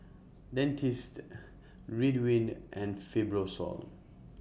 Dentiste Ridwind and Fibrosol